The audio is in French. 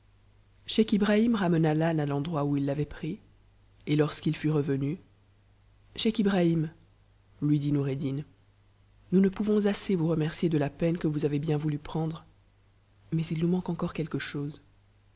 scheich ibrahim ramena l'âne à l'endroit où il l'avait pris et lorsqu'il fut revenu scheich ibrahim lui dit noureddin nous ne pouvons assez vous remercier de la peine que vous avez bien voulu prendre mais il nous manque encore quelque chose